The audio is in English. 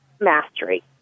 mastery